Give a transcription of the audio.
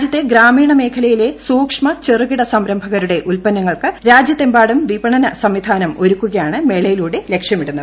രാജ്യത്തെ ഗ്രാമീണ മേഖലയിലെ സൂക്ഷ്മ ചെറുകിട സംരംഭകരുടെ ഉത്പന്നങ്ങൾക്ക് രാജ്യത്തെമ്പാടും വിപണന സംവിധാനം ഒരുക്കുകയാണ് മേളയിലൂടെ ലക്ഷ്യമിടുന്നത്